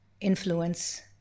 influence